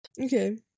okay